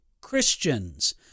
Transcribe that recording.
Christians